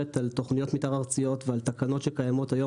על תוכניות מתאר ארציות ועל תקנות שקיימות היום